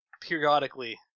periodically